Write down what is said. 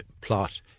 plot